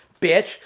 bitch